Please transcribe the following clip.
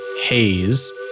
haze